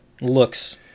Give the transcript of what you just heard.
looks